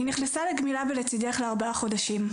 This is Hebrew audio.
היא נכנסה לגמילה ב"לצידך" לארבעה חודשים.